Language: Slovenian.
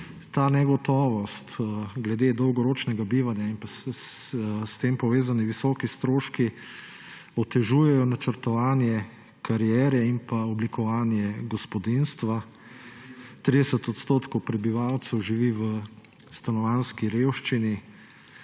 Negotovost glede dolgoročnega bivanja in s tem povezani visoki stroški otežujejo načrtovanje kariere in oblikovanje gospodinjstva. 30 % prebivalcev živi v stanovanjski revščini.